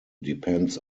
depends